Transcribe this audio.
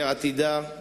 לעתידה.